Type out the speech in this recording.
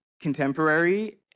contemporary